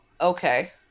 okay